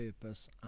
purpose